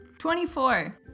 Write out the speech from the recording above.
Twenty-four